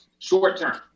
short-term